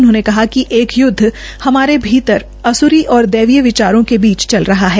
उन्होंनें कहा कि एक युद्ध हमारे भीतर असुरी और दैवीय विचारों के बीच चल रहा है